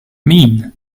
mean